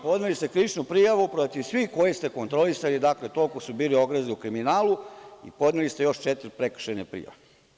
Podneli ste krivičnu prijavu protiv svih koje ste kontrolisali, dakle toliko su bili ogrezli u kriminalu i podneli ste još četiri prekršajne prijave.